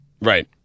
Right